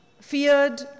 feared